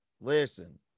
Listen